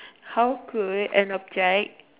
how could an object